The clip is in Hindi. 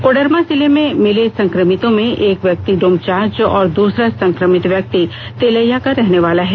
कोडरमा जिले में मिले संक्रमितों में एक व्यक्ति डोमचांच और दूसरा संक्रमित व्यक्ति तिलैया का रहने वाला है